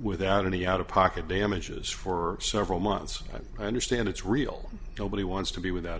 without any out of pocket damages for several months i understand it's real nobody wants to be without